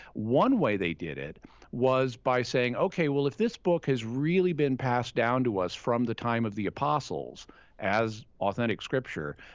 one way they did it was by saying, okay. if if this book has really been passed down to us from the time of the apostles as authentic scripture,